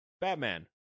Batman